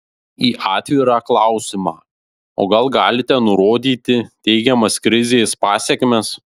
į atvirą klausimą o gal galite nurodyti teigiamas krizės pasekmes